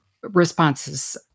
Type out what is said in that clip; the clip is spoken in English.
responses